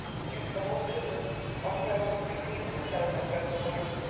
and yet the whole business occupied only fifteen minutes out of that dreadful night.